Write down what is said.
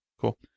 Cool